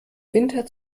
winter